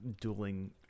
dueling